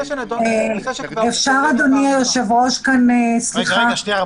אדוני היושב-ראש --- אני מציע שנקרא